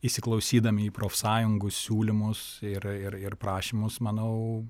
įsiklausydami į profsąjungų siūlymus ir ir prašymus manau